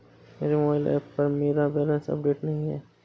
मेरे mobile app पर मेरा बैलेंस अपडेट नहीं है